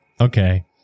Okay